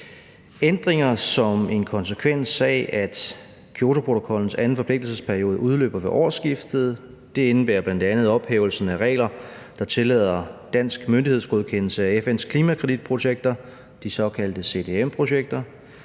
ændringer som en konsekvens af, at Kyotoprotokollens anden forpligtelsesperiode udløber ved årsskiftet. Det indebærer bl.a. ophævelsen af regler, der tillader dansk myndighedsgodkendelse af FN's klimakreditprojekter, de såkaldte CDM-projekter.